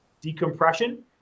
decompression